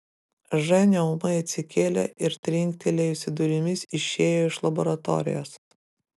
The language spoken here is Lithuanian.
ženia ūmai atsikėlė ir trinktelėjusi durimis išėjo iš laboratorijos